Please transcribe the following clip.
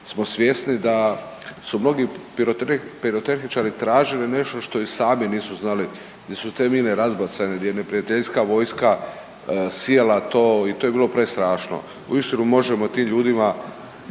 smo svjesni da su mnogi pirotehničari tražili nešto što i sami nisu znali, di su te mine razbacane, gdje je neprijateljska vojska sijala to i to je bilo prestrašno. Uistinu možemo tim ljudima